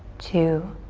two,